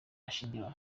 ashingiraho